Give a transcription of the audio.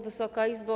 Wysoka Izbo!